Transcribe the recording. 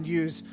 use